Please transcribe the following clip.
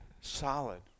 solid